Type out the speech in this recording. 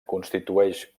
constitueix